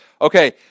Okay